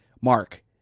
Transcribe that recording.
mark